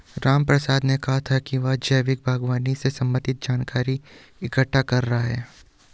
रामप्रसाद ने कहा कि वह जैविक बागवानी से संबंधित जानकारी इकट्ठा कर रहा है